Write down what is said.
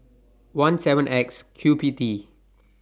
one seven X Q P T